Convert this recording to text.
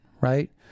right